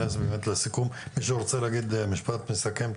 מישהו רוצה להגיד משפט מסכם?